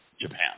Japan